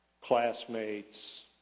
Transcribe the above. classmates